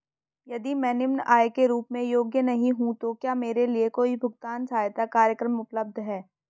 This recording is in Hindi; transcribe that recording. यदि मैं निम्न आय के रूप में योग्य नहीं हूँ तो क्या मेरे लिए कोई भुगतान सहायता कार्यक्रम उपलब्ध है?